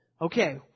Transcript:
okay